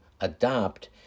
adopt